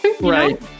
Right